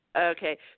Okay